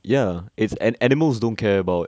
ya it's an animals don't care about